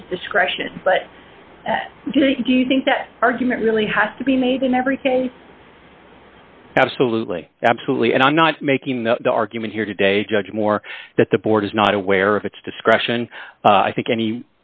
discretion but do you think that argument really has to be made in every case absolutely absolutely and i'm not making the argument here today judge moore that the board is not aware of its discretion i think any